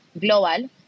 global